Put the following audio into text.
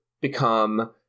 become